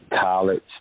college